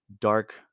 dark